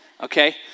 okay